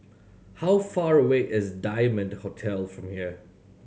how far away is Diamond Hotel from here